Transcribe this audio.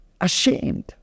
ashamed